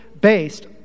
based